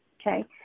okay